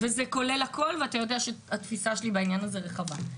וזה כולל הכול ואתה יודע שהתפיסה שלי בעניין הזה רחבה.